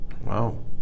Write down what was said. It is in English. Wow